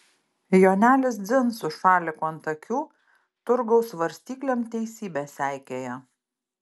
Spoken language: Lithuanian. jonelis dzin su šaliku ant akių turgaus svarstyklėm teisybę seikėja